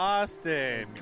Austin